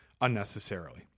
unnecessarily